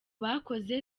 bakoze